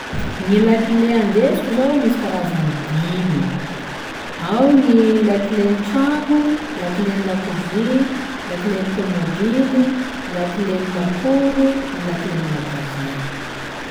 Gny lakile andesiko zô misy karazany dimy: ao gny lakilen'ny tragno, lakilen'ny lakozia, lakilen'ny tômôbily, lakilen'ny lakoro, lakilen'ny magasin.